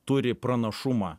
turi pranašumą